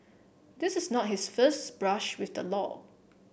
this is not his first brush with the law